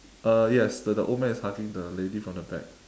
uh yes the the old man is hugging the lady from the back